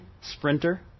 sprinter